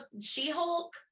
She-Hulk